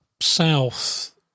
south